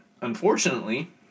unfortunately